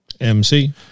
mc